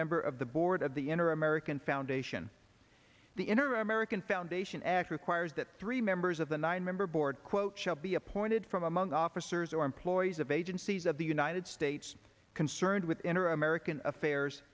member of the board of the inner american foundation the inner american foundation act requires that three members of the nine member board quote shall be appointed from among officers or employees of agencies of the united states concerned with inner american affairs